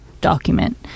document